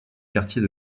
quartier